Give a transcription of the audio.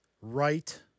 right